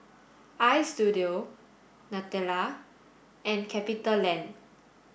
Istudio Nutella and CapitaLand